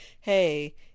Hey